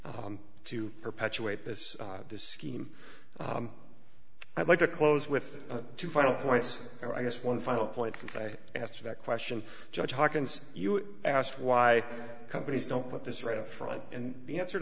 to perpetuate this this scheme i'd like to close with two final points and i guess one final point since i asked that question judge hawkins you asked why companies don't put this right up front and the answer